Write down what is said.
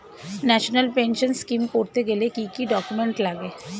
National pension scheme করতে গেলে কি কি ডকুমেন্ট লাগে?